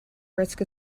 risk